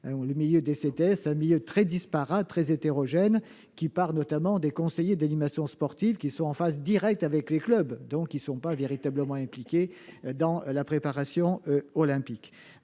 Le milieu des CTS est très disparate et hétérogène ; il comprend notamment des conseillers d'animation sportive, qui sont en phase directe avec les clubs et ne sont pas véritablement impliqués dans la préparation olympique.